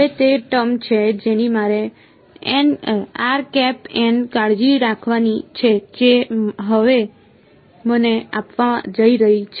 હવે તે ટર્મ છે જેની મારે કાળજી રાખવાની છે જે હવે મને આપવા જઈ રહી છે